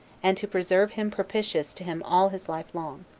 and to preserve him propitious to him all his life long.